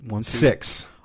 Six